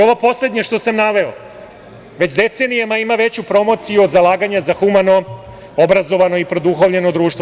Ovo poslednje što sam naveo, već decenijama ima veću promociju od zalaganja za humano, obrazovano i produhovljeno društvo.